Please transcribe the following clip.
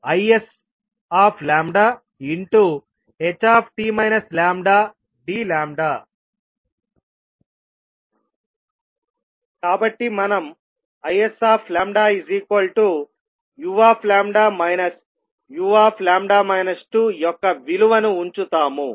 Refer Slide Time 1505 కాబట్టి మనం isu uλ 2 యొక్క విలువను ఉంచుతాము